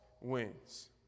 wins